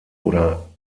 oder